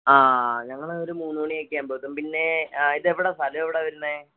ആ ഞങ്ങളൊരു മൂന്ന് മണിയൊക്കെ ആകുമ്പം എത്തും പിന്നെ ഇതെവിടാ സ്ഥലം എവിടെയാ വരുന്നത്